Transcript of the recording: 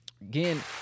again